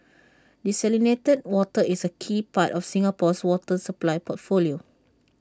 desalinated water is A key part of Singapore's water supply portfolio